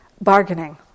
bargaining